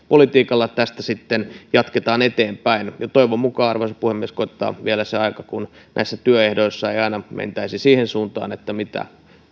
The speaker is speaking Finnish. politiikalla tästä sitten jatketaan eteenpäin ja toivon mukaan arvoisa puhemies koittaa vielä se aika kun näissä työehdoissa ei aina mentäisi siihen suuntaan että mitä